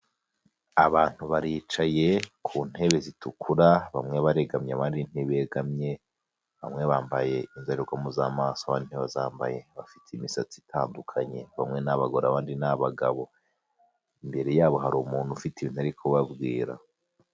Abantu baricaye ku ntebe zitukura, bamwe barigamye abandi ntibegamye, bamwe bambaye indorerwamo z'amaso abandi ntibazambaye. Bafite imisatsi itandukanye. Bamwe ni abagore abandi ni abagabo. Imbere yabo hari umuntu ufite ibintu ari kubabwira.